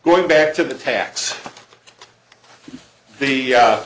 going back to the tax the